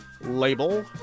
label